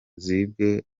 zibwe